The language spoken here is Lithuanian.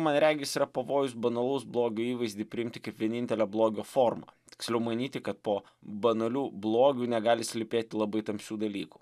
man regis yra pavojus banalaus blogio įvaizdį priimti kaip vienintelę blogio formą tiksliau manyti kad po banaliu blogiu negali slypėti labai tamsių dalykų